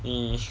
你